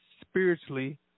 spiritually